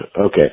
Okay